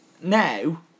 now